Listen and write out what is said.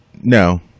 No